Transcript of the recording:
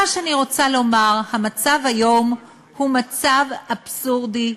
מה שאני רוצה לומר, המצב היום הוא מצב אבסורדי,